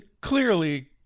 clearly